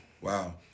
Wow